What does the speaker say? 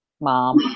Mom